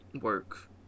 work